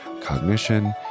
cognition